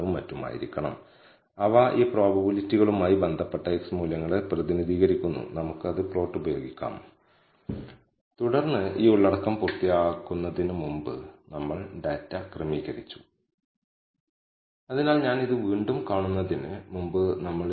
നമ്മൾ ചെയ്യാത്തതെല്ലാം n അല്ലെങ്കിൽ n 1 കൊണ്ട് ഹരിച്ചാൽ n കൊണ്ട് ഹരിക്കുന്നു നമുക്ക് y യുടെ വേരിയൻസ് ലഭിച്ചു എന്നാൽ ഇത് സ്ലോപ്പ് പാരാമീറ്റർ അവഗണിക്കുമ്പോൾ yi യിലെ സം സ്ക്വയർ എററുകകളെ പ്രതിനിധീകരിക്കുന്നു അതാണ് മറ്റൊരു രീതി